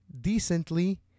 decently